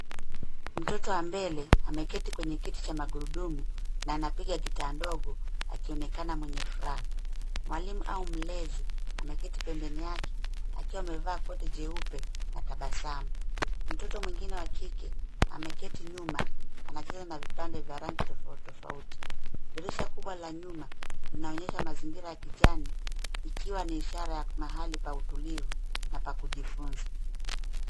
Mtoto wa mbele ameketi kwenye kiti cha magurudumu na anapiga kitaa ndogo akionekana mwenye furaha. Mwalimu au mlezi ameketi pembeni yake akiwa amevaa koti jeupe na tabasamu. Mtoto mwengine wa kike ameketi nyuma anacheza na vipande vya rangi tofauti tofauti. Dirisha kubwa la nyuma linaonyesha mazingira ya kijani ikiwa ni ishara ya mahali pa utulivu na mahali pa kujifunza .